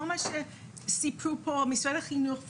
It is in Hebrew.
כל מה שסיפרו פה משרד החינוך,